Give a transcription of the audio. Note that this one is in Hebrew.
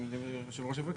אם היושב-ראש יבקש.